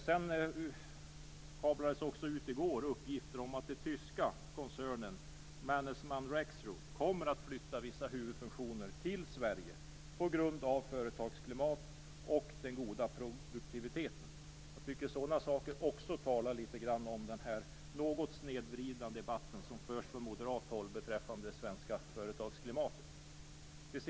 I går kablades det också ut uppgifter om att den tyska koncernen Mannesmann Rexroth kommer att flytta vissa huvudfunktioner till Sverige på grund av företagsklimatet och den goda produktiviteten. Jag tycker att sådana saker också säger litet grand om den något snedvridna debatt som förs från moderat håll beträffande det svenska företagsklimatet. Herr talman!